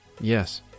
Yes